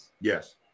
Yes